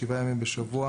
שבעה ימים בשבוע,